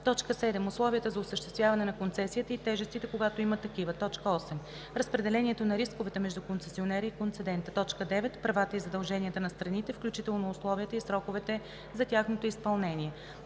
7. условията за осъществяване на концесията и тежестите, когато има такива; 8. разпределението на рисковете между концесионера и концедента; 9. правата и задълженията на страните, включително условията и сроковете за тяхното изпълнение;